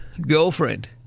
girlfriend